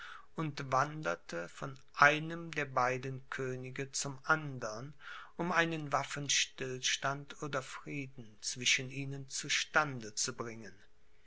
und wanderte von einem der beiden könige zum andern um einen waffenstillstand oder frieden zwischen ihnen zu stande zu bringen